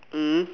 mm